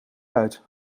uit